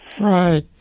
Right